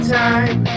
time